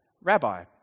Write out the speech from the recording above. Rabbi